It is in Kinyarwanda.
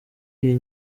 iyi